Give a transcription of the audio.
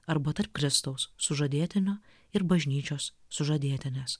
arba tarp kristaus sužadėtinio ir bažnyčios sužadėtinės